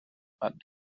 had